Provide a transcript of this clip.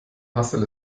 hassel